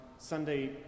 Sunday